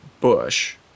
bush